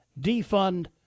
defund